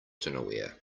dinnerware